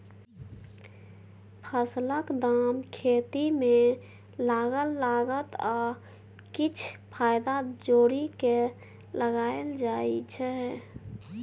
फसलक दाम खेती मे लागल लागत आ किछ फाएदा जोरि केँ लगाएल जाइ छै